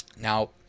Now